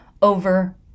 over